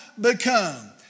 become